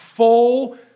full